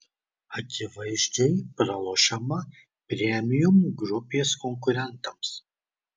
akivaizdžiai pralošiama premium grupės konkurentams